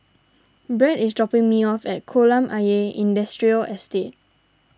Brad is dropping me off at Kolam Ayer Industrial Estate